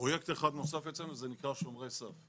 פרויקט אחד נוסף אצלנו נקרא שומרי סף.